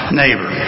neighbor